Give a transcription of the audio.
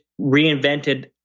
reinvented